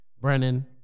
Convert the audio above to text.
Brennan